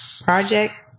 project